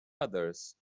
others